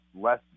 less